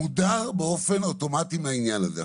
מודר באופן אוטומטי מהעניין הזה.